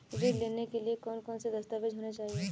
ऋण लेने के लिए कौन कौन से दस्तावेज होने चाहिए?